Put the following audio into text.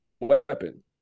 weapon